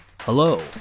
Hello